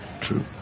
true